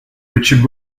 richard